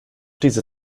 diese